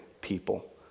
people